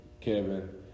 Kevin